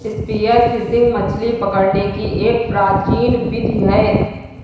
spear fishing मछली पकड़ने की एक प्राचीन विधि है